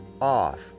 off